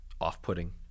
off-putting